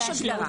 יש הגדרה.